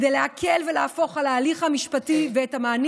כדי להקל ולהפוך את ההליך המשפטי ואת המענים